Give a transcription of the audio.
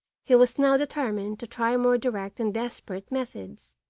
he was now determined to try more direct and desperate methods.